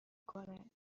کند